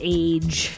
age